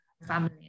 family